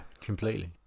completely